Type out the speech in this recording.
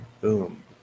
Boom